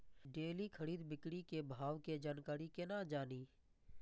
Daily खरीद बिक्री के भाव के जानकारी केना जानी?